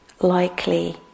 likely